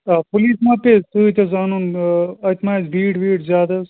آ پُلیٖس ما پیٚیہِ سۭتۍ حظ اَنُن اَتہِ ما آسہِ بیٖڈ ویٖڈ زیادٕ حظ